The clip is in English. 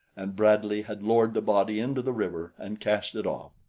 and bradley had lowered the body into the river and cast it off.